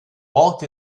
walked